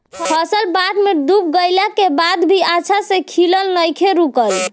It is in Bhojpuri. फसल बाढ़ में डूब गइला के बाद भी अच्छा से खिलना नइखे रुकल